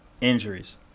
injuries